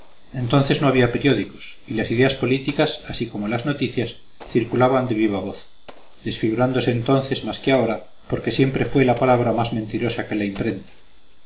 entonces no había periódicos y las ideas políticas así como las noticias circulaban de viva voz desfigurándose entonces más que ahora porque siempre fue la palabra más mentirosa que la imprenta